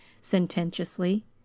sententiously